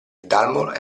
dalmor